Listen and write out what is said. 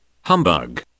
Humbug